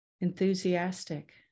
enthusiastic